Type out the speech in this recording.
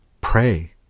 pray